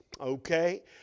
okay